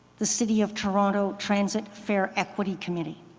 the city of toronto transit fare equity committee.